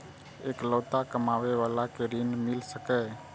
इकलोता कमाबे बाला के ऋण मिल सके ये?